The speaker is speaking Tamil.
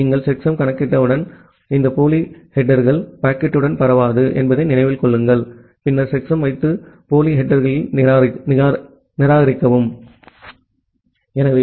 நீங்கள் செக்சம் கணக்கிட்டவுடன் இந்த போலி தலைப்பு பாக்கெட்டுடன் பரவாது என்பதை நினைவில் கொள்ளுங்கள் பின்னர் செக்சம் வைத்து போலி ஹெட்டெர்நிராகரிக்கவும்